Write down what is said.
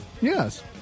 Yes